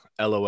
LOL